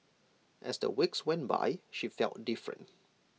as the weeks went by she felt different